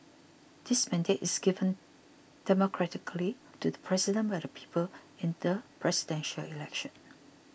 this mandate is given democratically to the president by the people in the Presidential Election